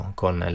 con